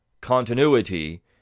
continuity